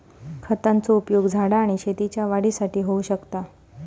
खतांचो उपयोग झाडा आणि शेतीच्या वाढीसाठी होऊ शकता